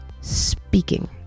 speaking